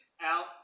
out